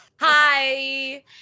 Hi